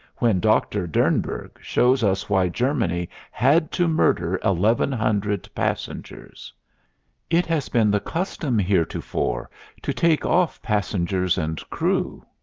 when doctor dernburg shows us why germany had to murder eleven hundred passengers it has been the custom heretofore to take off passengers and crew.